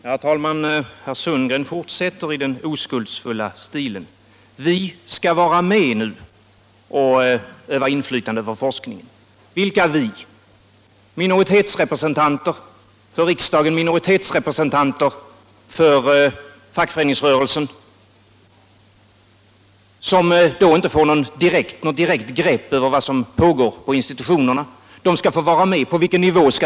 Herr talman! Herr Sundgren fortsätter i den oskuldsfulla stilen. Vi skall nu vara med och öva inflytande över forskningen. Vilka vi? Minoritetsrepresentanter för riksdagen, minoritetsrepresentanter för fackföreningsrörelsen, som då inte får något direkt grepp om vad som pågår inom institutionerna? De skall få vara med — men på vilken nivå?